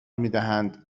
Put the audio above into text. میدهند